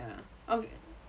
ya okay